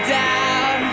down